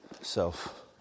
self